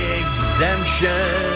exemption